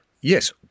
yes